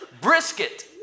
brisket